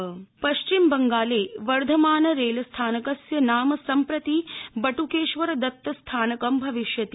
वर्धमान पश्चिमबंगाले वर्धमान रेल स्थानकस्य नाम सम्प्रति बट्केश्वरदत्तस्थानकं भविष्यति